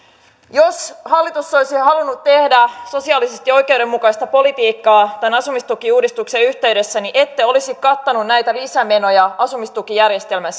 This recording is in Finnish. jos hallitus olisi halunnut tehdä sosiaalisesti oikeudenmukaista politiikkaa tämän asumistukiuudistuksen yhteydessä niin ette olisi kattaneet näitä lisämenoja asumistukijärjestelmän